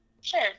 Sure